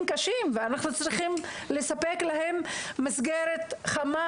קשים ואנחנו צריכים לספק להם מסגרת חמה,